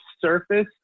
surface